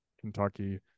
kentucky